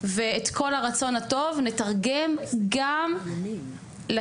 ואת כל הרצון הטוב נתרגם גם לתקציב.